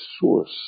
source